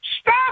Stop